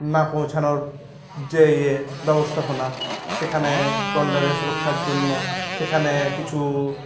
না পৌঁছানোর যে ইয়ে ব্যবস্থাপনা সেখানে গন্ডারের সুরক্ষার জন্য সেখানে কিছু